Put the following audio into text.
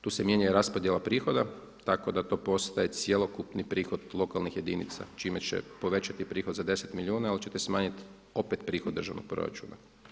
Tu se mijenja i raspodjela prihoda, tako da to postaje cjelokupni prihod lokalnih jedinica čime će povećati prihod za 10 milijuna ali ćete smanjiti opet prihod državnog proračuna.